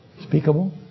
Speakable